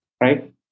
Right